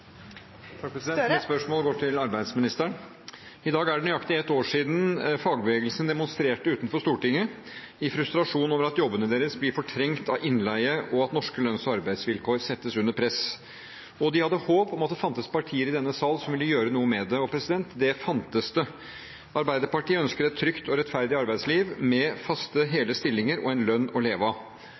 spørsmål går til arbeidsministeren. I dag er det nøyaktig ett år siden fagbevegelsen demonstrerte utenfor Stortinget i frustrasjon over at jobbene deres blir fortrengt av innleie, og at norske lønns- og arbeidsvilkår settes under press. De hadde håp om at det fantes partier i denne sal som ville gjøre noe med det. Og det fantes. Arbeiderpartiet ønsker et trygt og rettferdig arbeidsliv med faste, hele stillinger og en lønn å leve av.